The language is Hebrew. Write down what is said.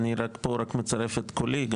אני פה רק מצרף את קולי.